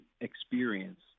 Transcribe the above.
experience